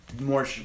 more